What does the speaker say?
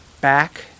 back